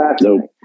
Nope